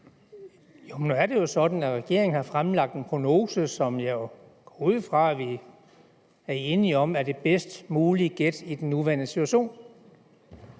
Jo, men nu er det jo sådan, at regeringen har fremlagt en prognose, som jeg går ud fra at vi er enige om er det bedst mulige gæt i den nuværende situation.